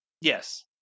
Yes